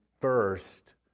first